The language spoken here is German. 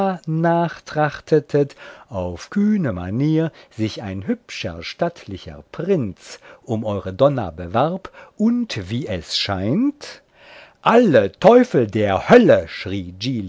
brambilla nachtrachtetet auf kühne manier sich ein hübscher stattlicher prinz um eure donna bewarb und wie es scheint alle teufel der hölle